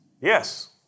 yes